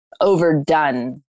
overdone